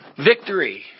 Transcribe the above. victory